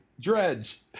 Dredge